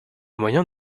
moyens